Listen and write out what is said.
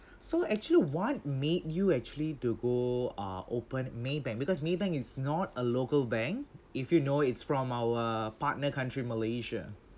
so actually what made you actually to go uh open maybank because maybank is not a local bank if you know it's from our partner country malaysia